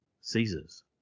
Caesar's